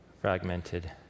fragmented